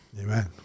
Amen